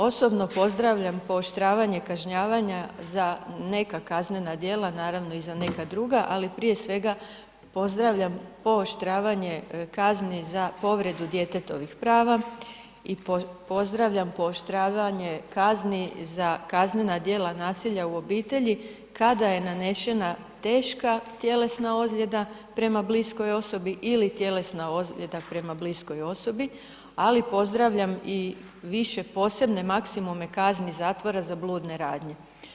Osobno pozdravljam pooštravanje kažnjavanja za neka kaznena djela naravno, i za neka druga ali prije svega, pozdravljam pooštravanje kazni za povredu djetetovih prava i pozdravljam pooštravanje kazni za kaznena djela nasilja u obitelji kada je nanešena teška tjelesna ozljeda prema bliskoj osobi ili tjelesna ozljeda prema bliskoj osobi ali pozdravljam i više posebne maksimume kazni zatvora za bludne radnje.